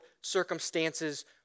circumstances